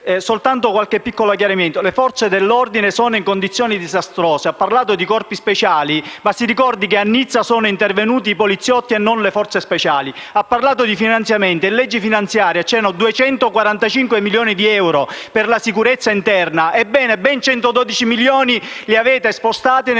Soltanto qualche piccolo chiarimento: le Forze dell'ordine sono in condizioni disastrose. Lei ha parlato di corpi speciali, ma si ricordi che a Nizza sono intervenuti i poliziotti e non le forze speciali. Ha parlato di finanziamenti: nella legge di stabilità erano stanziati 245 milioni di euro per la sicurezza interna. Ebbene, ben 112 milioni li avete spostati per